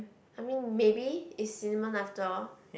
I mean maybe is cinnamon after all